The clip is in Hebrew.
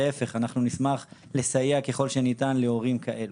להיפך, אנחנו נשמח לסייע ככל שניתן להורים כאלו.